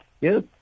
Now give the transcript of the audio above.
Yes